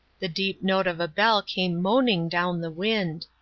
the deep note of a bell came moaning down the wind.